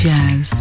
Jazz